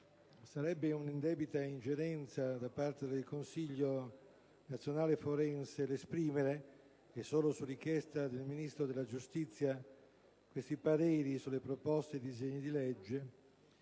sarebbe una indebita ingerenza da parte del Consiglio nazionale forense esprimere, e solo su richiesta del Ministro della giustizia, pareri su proposte e disegni di legge